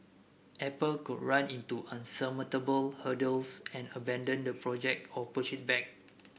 apple could run into insurmountable hurdles and abandon the project or push it back